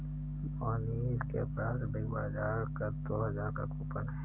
मोहनीश के पास Big Bazaar का दो हजार का कूपन है